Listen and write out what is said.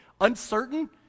Uncertain